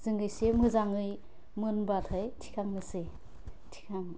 जों एसे मोजाङै मोनबाथाय थिखांनोसै थिखां